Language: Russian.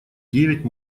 девять